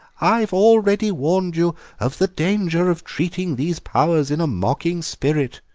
i have already warned you of the danger of treating these powers in a mocking spirit,